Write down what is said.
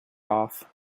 off